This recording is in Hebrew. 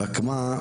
רק מה,